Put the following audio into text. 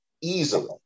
easily